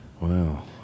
Wow